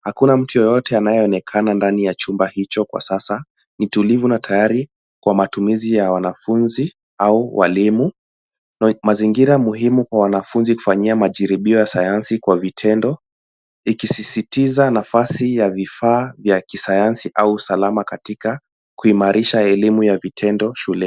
Hakuna mtu yeyote ambaye anaonekana ndani ya chumba hicho kwa sasa. Ni tulivu na tayari kwa matumizi ya wanafunzi au walimu. Mazingira muhimu kwa wanafunzi kufanyia majaribio ya sayansi kwa vitendo ikisisitiza nafasi ya vifaa ya kisayansi au salama katika kuimarisha elimu ya vitendo shuleni.